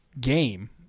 game